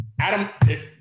Adam